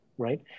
right